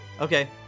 Okay